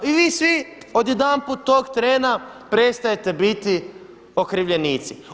I vi svi odjedanput tog trena prestajete biti okrivljenici.